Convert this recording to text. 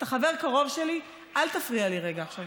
אתה חבר קרוב שלי, אל תפריע לי רגע עכשיו.